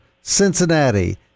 Cincinnati